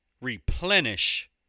replenish